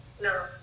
No